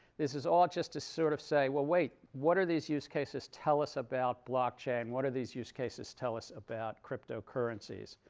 this is all just to sort of say, well, wait. what are these use cases tell us about blockchain? what are these use cases tell us about cryptocurrencies?